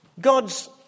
God's